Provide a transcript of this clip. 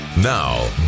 Now